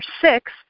six